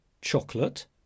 chocolate